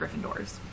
Gryffindors